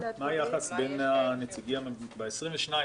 ב-22 מה היחס בין הנציגים השונים?